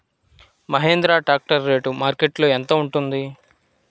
Mahindra tractor rate మార్కెట్లో యెంత ఉంటుంది?